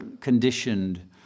conditioned